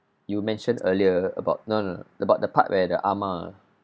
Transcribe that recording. you mentioned earlier about no no no about the part where the amah